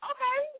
Okay